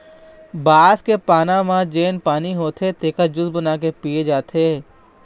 बांस के पाना म जेन पानी होथे तेखर जूस बना के पिए जाथे